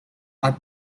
are